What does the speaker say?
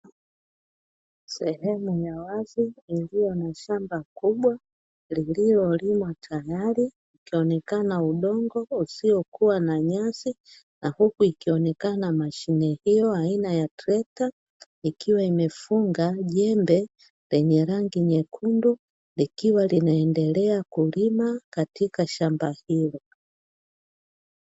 Sehemu ya wazi iliyo na shamba kubwa lililolimwa tayari ukionekana udongo usiokuwa na nyasi na huku ikionekana mashine hiyo aina ya trekta, ikiwa imefunga jembe lenye rangi nyekundu likiwa linaendelea kulima katika shamba hilo.